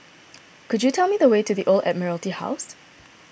could you tell me the way to the Old Admiralty House